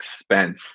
expense